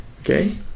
Okay